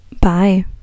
Bye